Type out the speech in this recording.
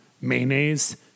mayonnaise